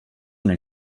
nel